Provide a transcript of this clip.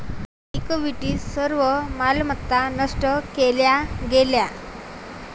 equity सर्व मालमत्ता नष्ट केल्या गेल्या